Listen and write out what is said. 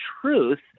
truth